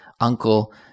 uncle